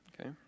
okay